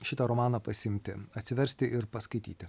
šitą romaną pasiimti atsiversti ir paskaityti